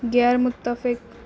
غیر متفق